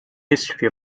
history